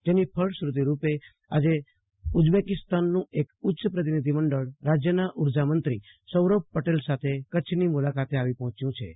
જેની ફલશ્વુતિ રૂપે આજે ઉઝબેકિસ્તાનનું એક ભવ્ય પ્ર તિનિધિ મડળ રાજયના ઉર્જામંત્રી સારભ પટેલ સાથે કચ્છની મુલાકાતે આવી પહોચ્યું હતું